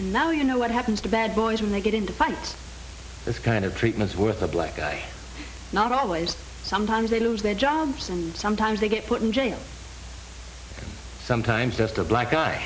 and now you know what happens to bad boys when they get into fights this kind of treatments with a black guy not always sometimes they lose their jobs and sometimes they get put in jail sometimes just a black